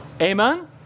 Amen